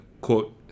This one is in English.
quote